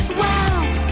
wow